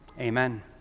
Amen